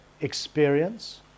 experience